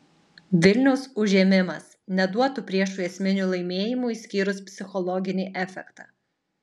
vilniaus užėmimas neduotų priešui esminių laimėjimų išskyrus psichologinį efektą